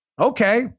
Okay